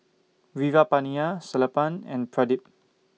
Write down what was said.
Veerapandiya Sellapan and Pradip